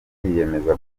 yiyemeza